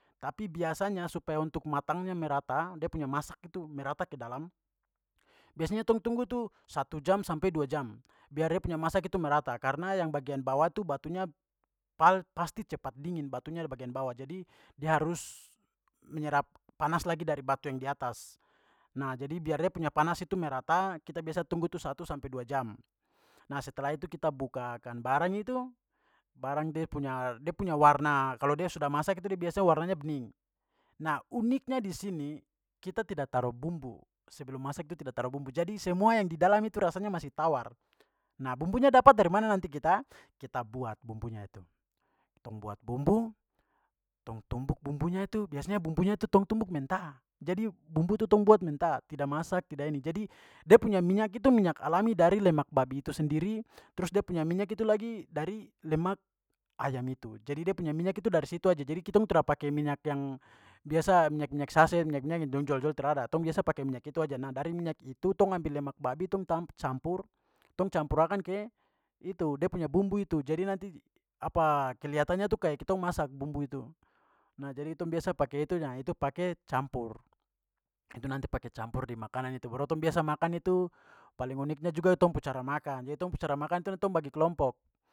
Tapi biasanya supaya untuk matangnya merata, dia punya masak itu merata ke dalam, biasanya tong tunggu tu satu jam sampai dua jam biar dia punya masak itu merata, karna yang bagian bawah tu batunya pal-pasti cepat dingin, batunya di bagian bawah, jadi dia harus menyerap panas lagi dari batu yang di atas. Nah, jadi biar dia punya panas itu merata kita biasa tunggu tu satu sampai dua jam. Nah, setelah itu kita buka akan barang itu, barang dia punya- dia punya warna- kalau dia sudah masak itu dia biasanya warnanya bening. Nah, uniknya di sini, kita tidak taruh bumbu, sebelum masak tu tidak taruh bumbu, jadi semua yang di dalam itu rasanya masih tawar. Nah, bumbunya dapat dari mana, nanti kita- kita buat bumbunya tu. Tong buat bumbu, tong tumbuk bumbunya itu, biasanya bumbunya tu tong tumbuk mentah, jadi bumbu tu tong buat mentah, tidak masak tidak ini. Jadi da punya minyak itu minyak alami dari lemak babi itu sendiri, trus da punya minyak itu lagi dari lemak ayam itu. Jadi da punya minyak itu dari situ aja. Jadi kitong tra pake minyak yang biasa minyak-minyak saset, minyak-minyak yang dong jual-jual, trada. Tong biasa pake minyak itu aja. Nah, dari minyak itu tong ambil lemak babi, tong campur- tong campur akan ke dia punya bumbu itu. Jadi nanti keliatannya tuh kayak kitong masak bumbu itu. Nah, jadi tong biasa pakai itu, nah, itu pakai campur- itu nanti pakai campur di makanan itu. Baru tong biasa makan itu, paling uniknya juga tong pu cara makan. Jadi tong pu cara makan tu nanti tong bagi kelompok.